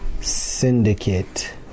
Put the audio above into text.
Syndicate